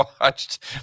watched